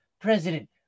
president